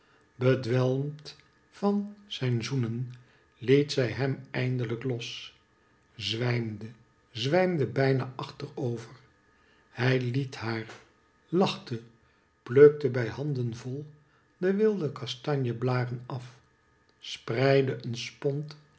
bedwelmd van zijn zoenen het zij hem eindelijk los zwijmde zwijmde bijna achterover hij het haar lachte plukte bij handen vol de wilde kastanje blaren af spreidde een